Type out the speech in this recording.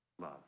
love